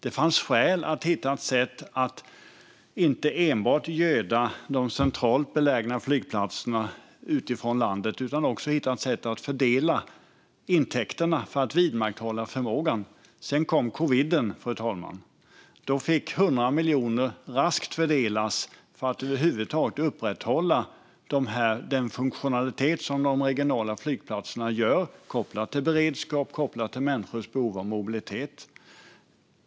Det fanns skäl att hitta ett sätt att inte enbart göda de centralt belägna flygplatserna i landet. Det fanns skäl att hitta ett sätt att fördela intäkterna för att vidmakthålla förmågan. Sedan kom covid, fru talman. Då fick 100 miljoner raskt fördelas för att man över huvud taget skulle kunna upprätthålla den funktionalitet som de regionala flygplatserna har, kopplat till beredskap och människors behov av mobilitet.